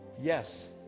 yes